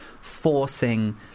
forcing